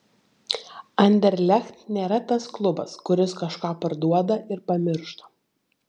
anderlecht nėra tas klubas kuris kažką parduoda ir pamiršta